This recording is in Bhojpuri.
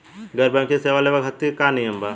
गैर बैंकिंग सेवा लेवे खातिर का नियम बा?